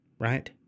Right